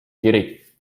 kirik